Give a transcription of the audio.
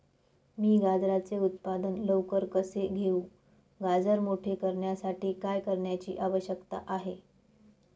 मी गाजराचे उत्पादन लवकर कसे घेऊ? गाजर मोठे करण्यासाठी काय करण्याची आवश्यकता आहे?